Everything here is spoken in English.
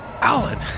Alan